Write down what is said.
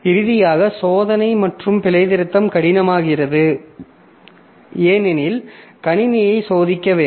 இறுதியாக சோதனை மற்றும் பிழைத்திருத்தம் கடினமாகிறது ஏனெனில் கணினியை சோதிக்க வேண்டும்